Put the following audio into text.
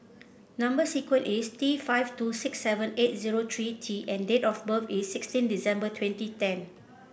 number sequence is T five two six seven eight zero three T and date of birth is sixteen December twenty ten